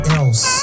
else